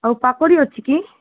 ଆଉ ପାପଡ଼ି ଅଛି କି